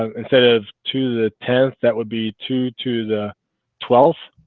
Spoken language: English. instead of to the tenth that would be two to the twelve